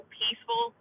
peaceful